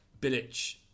Bilic